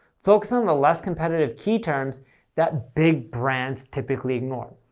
focus on the less competitive key terms that big brands typically ignore.